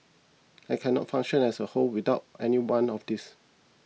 I cannot function as a whole without any one of these